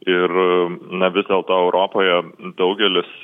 ir na vis dėlto europoje daugelis